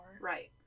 Right